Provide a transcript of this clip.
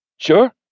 Sure